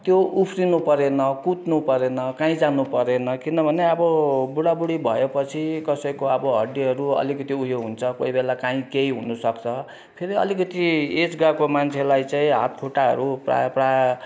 त्यो उफ्रिनु परेन कुद्नु परेन कहीँ जानु परेन किनभने अब बुढाबुढी भएपछि कसैको हड्डीहरू अलिकति ऊ यो हुन्छ कोही बेला कहीँ केही हुन सक्छ फेरि अलिकति एज गएको मान्छेलाई चाहिँ हात खुट्टाहरू प्रायः प्रायः